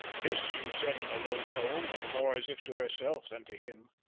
this she said in a low tone and more as if to herself than to him.